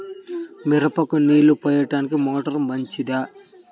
మిరపకు నీళ్ళు పోయడానికి మోటారు మంచిదా?